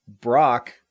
Brock